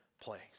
place